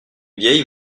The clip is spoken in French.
vieille